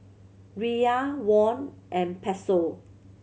Riyal Won and Peso